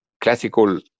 classical